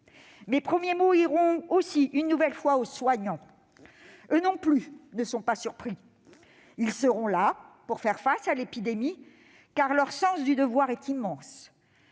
Mes premiers mots iront aussi une nouvelle fois aux soignants. Eux non plus ne sont pas surpris. Ils seront là pour faire face à l'épidémie, car leur sens du devoir est immense,